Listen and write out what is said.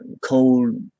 coal